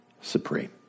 supreme